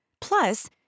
Plus